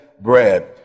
bread